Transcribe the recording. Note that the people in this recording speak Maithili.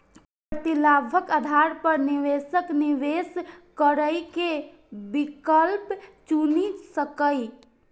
प्रतिलाभक आधार पर निवेशक निवेश करै के विकल्प चुनि सकैए